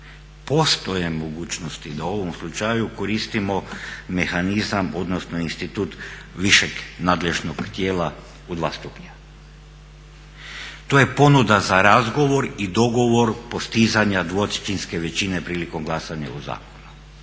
Postoje mogućnosti da u ovom slučaju koristimo mehanizam odnosno institut višeg nadležnog tijela u dva stupnja. To je ponuda za razgovor i dogovor postizanja 2/3-ske većine prilikom glasanja o zakonu,